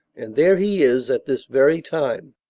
and there he is at this very time.